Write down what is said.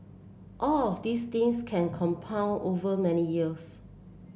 all of these things can compound over many years